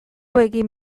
egin